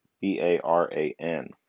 B-A-R-A-N